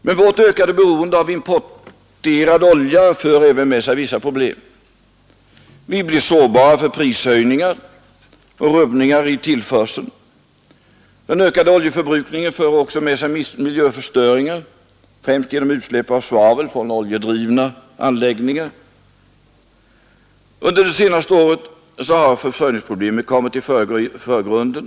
Men vårt ökade beroende av importerad olja för även med sig vissa problem. Vi blir sårbara för prishöjningar och rubbningar i tillförseln. Den ökade oljeförbrukningen för också med sig miljöstörningar, främst genom utsläpp av svavel från oljedrivna anläggningar. Under det senaste året har försörjningsproblemen kommit i förgrunden.